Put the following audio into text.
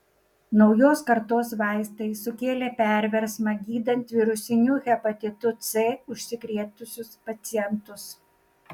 naujos kartos vaistai sukėlė perversmą gydant virusiniu hepatitu c užsikrėtusius pacientus